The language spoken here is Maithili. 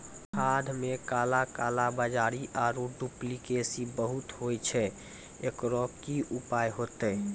खाद मे काला कालाबाजारी आरु डुप्लीकेसी बहुत होय छैय, एकरो की उपाय होते?